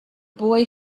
boy